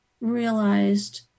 realized